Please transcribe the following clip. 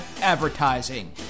Advertising